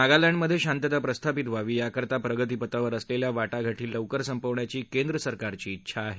नागालँडमध्ये शांतता प्रस्थापित व्हावी याकरता प्रगतीपथावर असलेल्या वाटाघाटी लवकर संपवण्याची केंद्रसरकारची ङेछा आहे